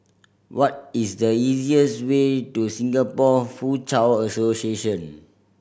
what is the easiest way to Singapore Foochow Association